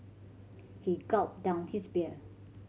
he gulped down his beer